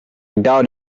doubt